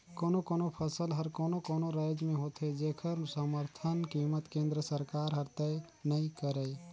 कोनो कोनो फसल हर कोनो कोनो रायज में होथे जेखर समरथन कीमत केंद्र सरकार हर तय नइ करय